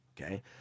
okay